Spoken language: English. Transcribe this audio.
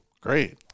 Great